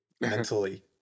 mentally